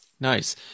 Nice